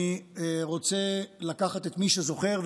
אני רוצה לקחת את מי שזוכר,